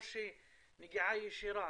או נגיעה ישירה